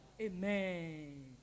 Amen